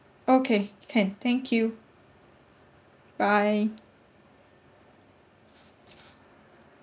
okay can thank you bye